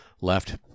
left